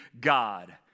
God